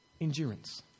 endurance